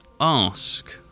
ask